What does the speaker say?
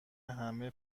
همه